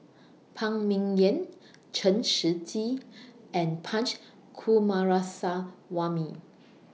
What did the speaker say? Phan Ming Yen Chen Shiji and Punch Coomaraswamy